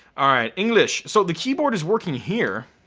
alright, english. so the keyboard is working here.